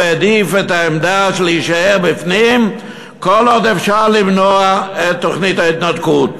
והעדיף את העמדה של הישארות בפנים כל עוד אפשר למנוע את תוכנית ההתנתקות